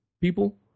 people